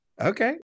Okay